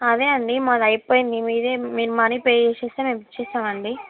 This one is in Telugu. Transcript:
అదే అండి మాది అయిపోయింది మీదే మీరు మనీ పే చేస్తే మేము ఇస్తాం అండి